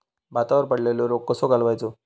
भातावर पडलेलो रोग कसो घालवायचो?